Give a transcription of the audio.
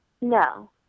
No